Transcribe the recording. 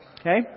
okay